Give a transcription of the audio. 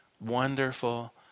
wonderful